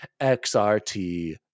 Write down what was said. XRT